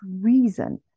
reason